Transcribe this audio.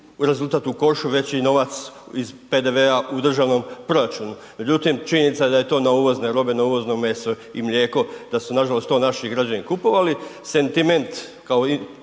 rezultat u košu i veći novac iz PDV-a u državnom proračunu. Međutim, činjenica je da je to na uvozne robe, na uvozno meso i mlijeko da su nažalost to naši građani kupovali. Sentiment kao